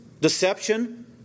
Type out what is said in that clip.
deception